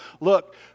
look